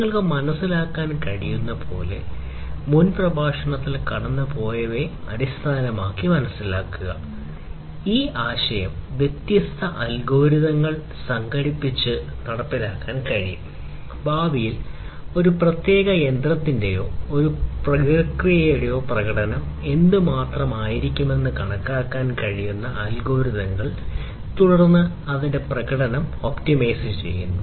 നിങ്ങൾക്ക് മനസ്സിലാക്കാൻ കഴിയുന്നതുപോലെ മുൻ പ്രഭാഷണങ്ങളിൽ കടന്നുപോയവയെ അടിസ്ഥാനമാക്കി മനസ്സിലാക്കുക ഈ ആശയം വ്യത്യസ്ത അൽഗോരിതങ്ങൾ സംയോജിപ്പിച്ച് നടപ്പിലാക്കാൻ കഴിയും ഭാവിയിൽ ഒരു പ്രത്യേക യന്ത്രത്തിന്റെയോ ഒരു പ്രക്രിയയുടെയോ പ്രകടനം എത്രമാത്രം ആയിരിക്കുമെന്ന് കണക്കാക്കാൻ കഴിയുന്ന അൽഗോരിതങ്ങൾ തുടർന്ന് അതിന്റെ പ്രകടനം ഒപ്റ്റിമൈസ് ചെയ്യുന്നു